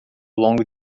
longo